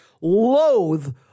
loathe